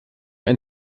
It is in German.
ein